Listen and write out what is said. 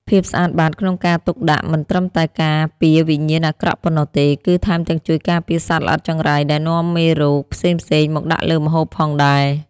ភាពស្អាតបាតក្នុងការទុកដាក់មិនត្រឹមតែការពារវិញ្ញាណអាក្រក់ប៉ុណ្ណោះទេ គឺ ថែមទាំងជួយការពារសត្វល្អិតចង្រៃដែលនាំមេរោគផ្សេងៗមកដាក់លើម្ហូបផងដែរ។